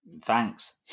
thanks